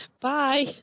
Bye